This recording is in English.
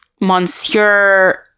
Monsieur